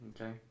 Okay